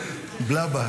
נתקבל.